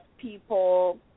people